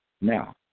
Now